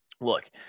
Look